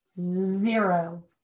zero